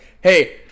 hey